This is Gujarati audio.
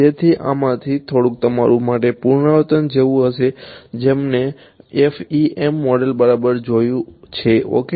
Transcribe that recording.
તેથી આમાંથી થોડુંક તમારા માટે પુનરાવર્તન જેવું હશે જેમણે FEM મોડેલ બરાબર જોયું છે ઓકે